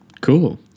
Cool